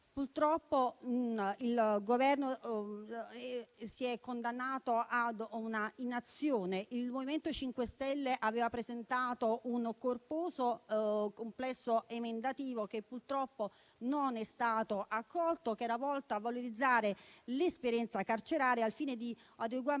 purtroppo il Governo si è condannato all'inazione. Il MoVimento 5 Stelle aveva presentato un corposo complesso emendativo, che purtroppo non è stato accolto e che era volto a valorizzare l'esperienza carceraria, al fine dell'adeguamento